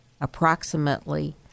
approximately